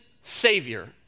Savior